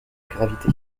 gravité